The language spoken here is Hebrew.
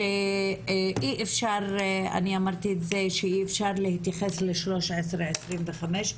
שאי-אפשר להתייחס ל-1325,